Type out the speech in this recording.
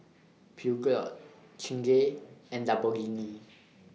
Peugeot Chingay and Lamborghini